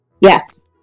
Yes